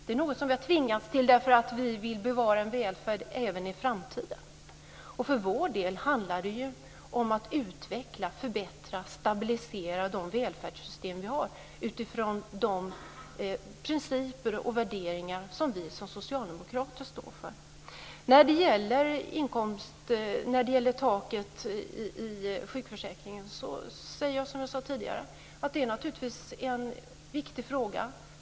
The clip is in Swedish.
Det är något som vi har tvingats till för att vi vill bevara en välfärd även i framtiden. För vår del handlar det ju om att utveckla, förbättra och stabilisera de välfärdssystem vi har utifrån de principer och värderingar som vi som socialdemokrater står för. När det gäller taket i sjukförsäkringen säger jag som jag sade tidigare: Det är naturligtvis en viktig fråga.